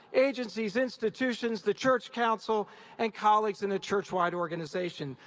agencies, institutions, the church council and colleagues in the churchwide organization,